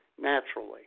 naturally